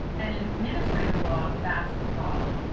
and, in administrative law, that's the problem.